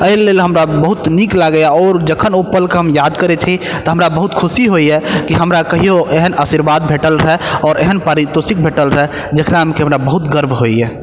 अइ लेल हमरा बहुत नीक लागइए आओर जखन ओ पलके हम याद करय छी तऽ हमरा बहुत खुशी होइए कि हमरा कहियो एहन आशीर्वाद भेटल रहय आओर एहन पारितोषिक भेटल रहय जकरामे कि हमरा बहुत गर्व होइए